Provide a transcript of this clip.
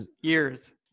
years